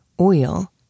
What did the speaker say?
oil